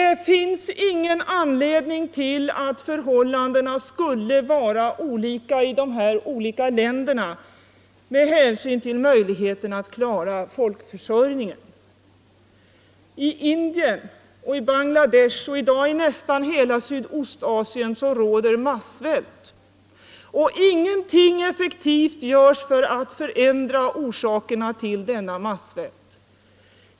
Det finns ingen anledning till att förhållandena skall vara så olika — för svältdrabbade i dessa olika länder när det gäller möjligheterna att klara folkförsörjländer ningen. I Indien och Bangladesh — och i dag i nästan hela Sydöstasien — råder det massvält, men inget effektivt görs för att påverka de förhållanden som orsakar denna svält.